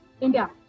india